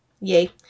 yay